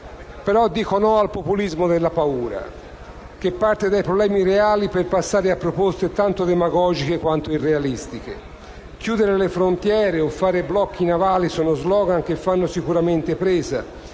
Ma dico no al populismo della paura, che parte dai problemi reali per passare a proposte tanto demagogiche quanto irrealistiche. Chiudere le frontiere e fare blocchi navali sono *slogan* che fanno sicuramente presa,